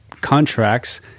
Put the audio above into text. contracts